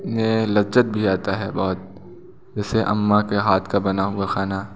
में लज़्ज़त भी आता है बहुत जैसे अम्मा के हाथ का बना हुआ खाना